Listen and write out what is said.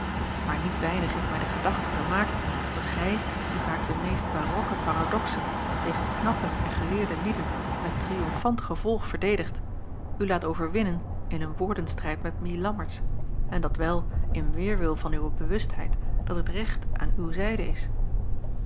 maar niet weinig heeft mij de gedachte vermaakt dat gij die vaak de meest baroque paradoxen tegen knappe en geleerde lieden met triomfant gevolg verdedigdet u laat overwinnen in een woordenstrijd met mie lammertsz en dat wel in weêrwil van uwe bewustheid dat het recht aan uwe zijde is